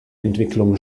entwicklungen